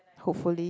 hopefully